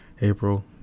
April